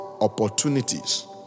opportunities